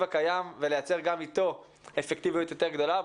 הקיים ולייצר גם איתו אפקטיביות יותר גדולה.